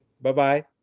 Bye-bye